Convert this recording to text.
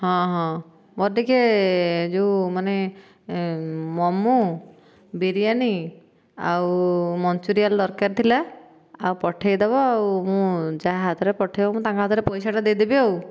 ହଁ ହଁ ମୋ'ର ଟିକେ ଯେଉଁ ମାନେ ମୋମୋ ବିରିୟାନୀ ଆଉ ମନଞ୍ଚୁରିଆନ୍ ଦରକାର ଥିଲା ଆଉ ପଠାଇଦେବ ଆଉ ମୁଁ ଯାହା ହାତରେ ପଠାଇବ ମୁଁ ତାଙ୍କ ହାତରେ ପଇସାଟା ଦେଇଦେବି ଆଉ